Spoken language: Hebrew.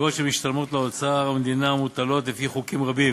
אגרות שמשתלמות לאוצר המדינה מוטלות לפי חוקים רבים.